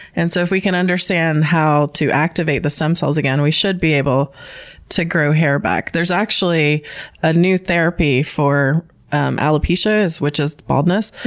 and so if we can understand how to activate the stem cells again, we should be able to grow hair back. there's actually a new therapy for um alopecia, which is baldness.